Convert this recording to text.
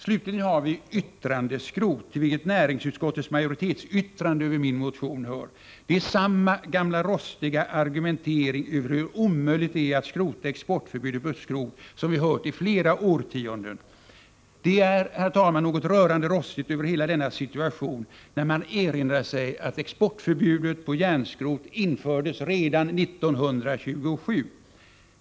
Slutligen har vi yttrandeskrot, till vilket näringsutskottets majoritetsyttrande över min motion hör. Det är samma gamla rostiga argumentering över hur omöjligt det är att skrota exportförbudet på skrot som vi har hört i flera årtionden. Herr talman! Det är något rörande rostigt över hela denna situation, när man erinrar sig att exportförbudet på järnskrot infördes redan 1927!